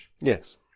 Yes